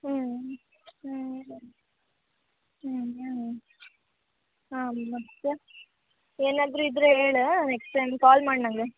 ಹ್ಞೂ ಹ್ಞೂ ಹ್ಞೂ ಹ್ಞೂ ಹಾಂ ಮತ್ತೆ ಏನಾದ್ರೂ ಇದ್ದರೆ ಹೇಳ ನೆಕ್ಸ್ಟ್ ಟೈಮ್ ಕಾಲ್ ಮಾಡು ನನಗೆ